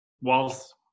whilst